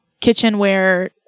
kitchenware